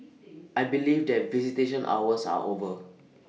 I believe that visitation hours are over